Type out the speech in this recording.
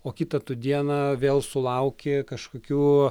o kitą tu dieną vėl sulauki kažkokių